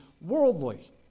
worldly